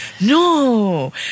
No